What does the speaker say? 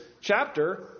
chapter